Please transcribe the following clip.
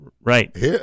Right